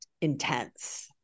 intense